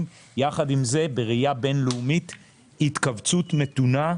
יחד עם זה בראייה בין-לאומית התכווצות מתונה,